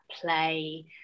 play